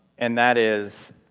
and that is,